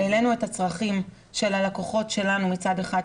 והעלינו את הצרכים של הלקוחות שלנו מצד אחד,